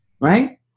right